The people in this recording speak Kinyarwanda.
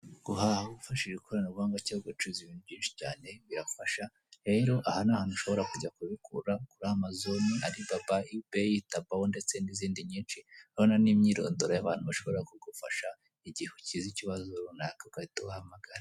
Guhaha wifashishije ikoranabuhanga birafasha. Rero, aha ni ahantu ushobora kujya kubikuza amazoni, Alibaba, yubeyi, tabawo ndetse n'izindi nyinshi, urabona n'imyirondoro yabashobora kugufasha mugihe waba ugize ikibazo runaka ugahita ubahamagara.